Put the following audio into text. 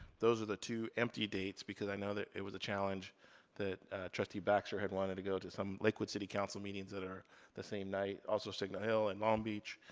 those are the two empty dates, because i know that it was a challenge that trustee baxter had wanted to go to some lakewood city council meetings that are the same night. also signa hill and long beach.